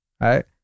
right